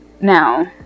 now